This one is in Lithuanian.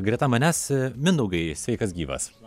greta manęs mindaugai sveikas gyvas